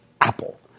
Apple